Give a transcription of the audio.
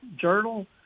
Journal